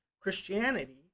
Christianity